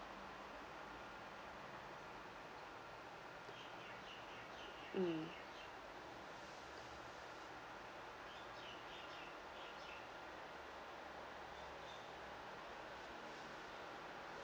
um